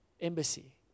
Embassy